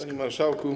Panie Marszałku!